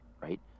right